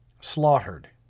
Slaughtered